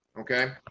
okay